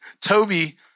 Toby